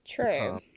True